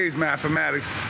Mathematics